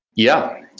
yeah.